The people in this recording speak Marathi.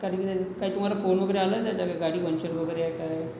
कारण की त्याचा काही तुम्हाला फोन वगैरे आलाय त्याचा गाडी पम्चर वगैरे आहे काय आहे